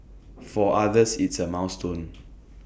for others it's A milestone